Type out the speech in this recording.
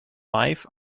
life